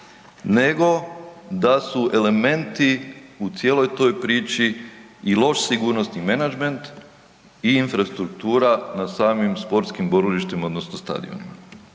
nego da su elementi u cijeloj toj priči i loš sigurnosni menadžment i infrastruktura na samim sportskim borilištima odnosno stadionima